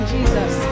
Jesus